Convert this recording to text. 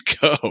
go